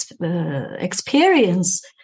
experience